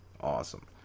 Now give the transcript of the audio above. Awesome